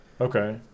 okay